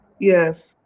Yes